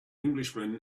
englishman